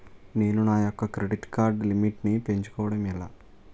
నేను నా యెక్క క్రెడిట్ కార్డ్ లిమిట్ నీ పెంచుకోవడం ఎలా?